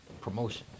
promotion